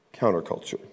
counterculture